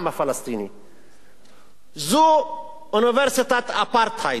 זו אוניברסיטת אפרטהייד.